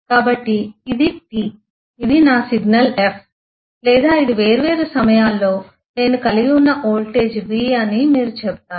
కాబట్టి ఇది T ఇది నా సిగ్నల్ f లేదా ఇది వేర్వేరు సమయాల్లో నేను కలిగి ఉన్న వోల్టేజ్ V అని మీరు చెబుతారు